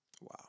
Wow